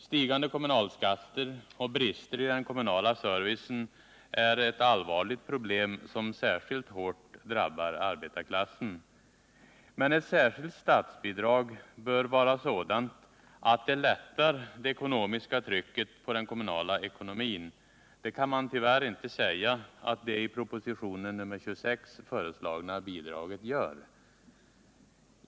Stigande kommunalskatter och brister i den kommunala servicen är ett allvarligt problem, som särskilt hårt drabbar arbetarklassen. Men ett särskilt statsbidrag bör vara sådant att det lättar det ekonomiska trycket på den kommunala ekonomin. Det kan man tyvärr inte säga att det i propositionen 26 föreslagna bidraget gör.